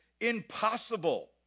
impossible